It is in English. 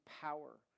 power